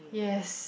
yes